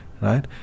right